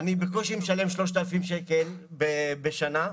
אני בקושי משלם 3,000 שקל בשנה,